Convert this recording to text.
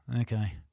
okay